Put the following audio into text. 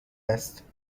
است